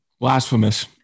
blasphemous